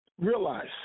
realize